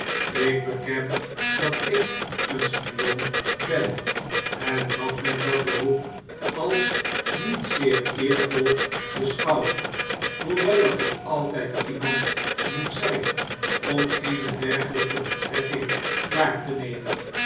ik beken dat ik een spion ben en dat men dat beroep als niet zeer eervol beschouwt hoewel er toch altyd iemand moet zijn om eene dergeiyte betrekking waar te nemen